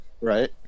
Right